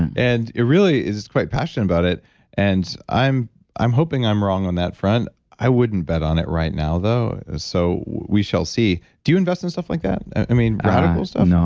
and he really is quite passionate about it and i'm i'm hoping i'm wrong on that front. i wouldn't bet on it right now though, so we shall see. do you invest in stuff like that? i mean radical stuff? no,